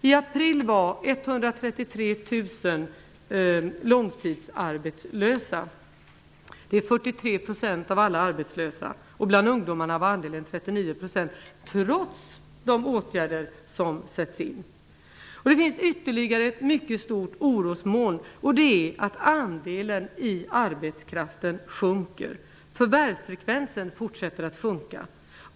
I april var Bland ungdomar var andelen 39 % trots de åtgärder som sätts in. Det finns ytterligare ett mycket stort orosmoln, nämligen utvecklingen av de sysselsattas andel i arbetskraften. Förvärvsfrekvensen fortsätter att sjunka.